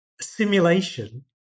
simulation